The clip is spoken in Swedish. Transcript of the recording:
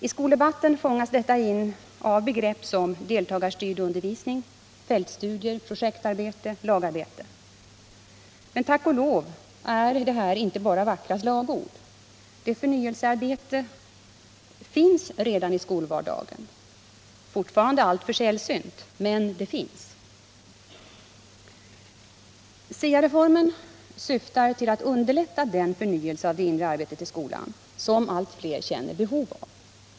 I skoldebatten fångas detta in av begrepp som deltagarstyrd undervisning, fältstudier, projektarbete, lagarbete. Men tack och lov är det inte bara vackra slagord. Detta förnyelsearbete finns i skolvardagen — fortfarande alltför sällan, men det finns. SIA-reformen syftar till att underlätta den förnyelse av det inre arbetet i skolan som allt fler känner behov av.